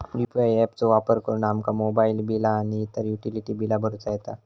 UPI app चो वापर करुन आमका मोबाईल बिल आणि इतर युटिलिटी बिला भरुचा येता